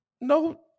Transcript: no